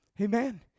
Amen